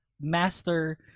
master